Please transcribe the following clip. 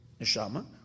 Nishama